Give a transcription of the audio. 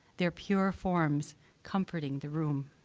their pure forms comforting the room.